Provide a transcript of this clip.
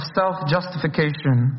self-justification